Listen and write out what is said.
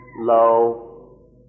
low